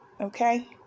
okay